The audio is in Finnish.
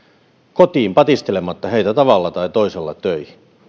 kotiin patistelematta heitä tavalla tai toisella töihin